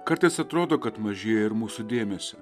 kartais atrodo kad mažėja ir mūsų dėmesio